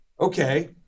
okay